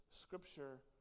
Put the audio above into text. Scripture